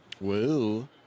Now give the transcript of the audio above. Woo